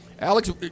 Alex